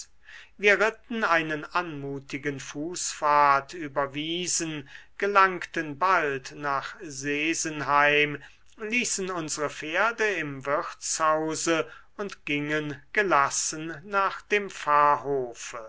wir ritten einen anmutigen fußpfad über wiesen gelangten bald nach sesenheim ließen unsere pferde im wirtshause und gingen gelassen nach dem